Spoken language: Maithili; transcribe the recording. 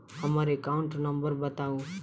हम्मर एकाउंट नंबर बताऊ?